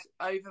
over